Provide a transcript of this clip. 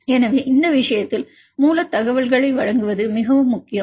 எனவே இந்த விஷயத்தில் மூல தகவல்களை வழங்குவது மிகவும் முக்கியம்